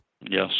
Yes